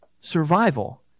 survival